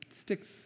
sticks